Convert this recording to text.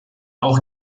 auch